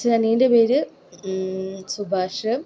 അച്ഛൻ്റെ അനിയൻ്റെ പേര് സുഭാഷ്